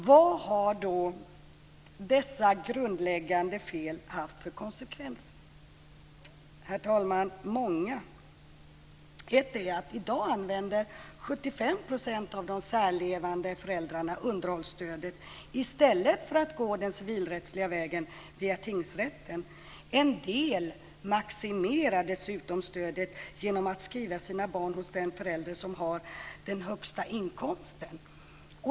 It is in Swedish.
Vad har då dessa grundläggande fel fått för konsekvenser? Jo, herr talman, många. I dag använder 75 % av de särlevande föräldrarna underhållsstödet i stället för att gå den civilrättsliga vägen via tingsrätten. En del maximerar dessutom stödet genom att skriva sina barn hos den förälder som har den högsta inkomsten.